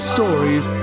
Stories